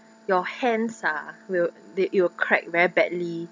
your hands ah will they it will crack very badly